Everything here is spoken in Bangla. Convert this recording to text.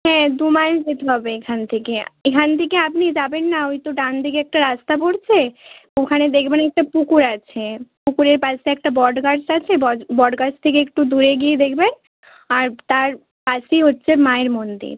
হ্যাঁ দু মাইল যেতে হবে এখান থেকে এখান থেকে আপনি যাবেন না ওই তো ডান দিকে একটা রাস্তা পড়ছে ওখানে দেখবেন একটা পুকুর আছে পুকুরের পাশ দিয়ে একটা বট গাছ আছে বট বট গাছ থেকে একটু দূরে গিয়ে দেখবেন আর তার পাশেই হচ্ছে মায়ের মন্দির